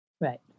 Right